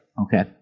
Okay